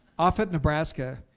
offutt, nebraska.